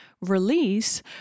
release